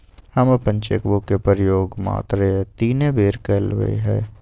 हम अप्पन cheque book के प्रयोग मातरे तीने बेर कलियइ हबे